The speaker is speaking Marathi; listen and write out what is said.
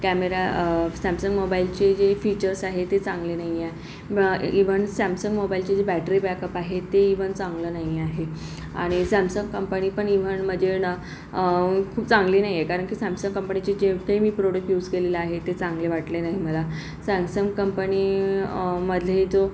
कॅमेरा सॅमसंग मोबाईलचे जे फीचर्स आहेत ते चांगले नाही आहे म इव्हन सॅमसंग मोबाईलची जी बॅट्री बॅकअप आहेत ते इव्हन चांगलं नाही आहे आणि सॅमसंग कंपनी पण इव्हन म्हणजे ना खूप चांगली नाही आहे कारण की सॅमसंग कंपनीचे जे काही मी प्रोडक्ट यूज केलेले आहेत ते चांगले वाटले नाही मला सॅमसंग कंपनीमध्ये जो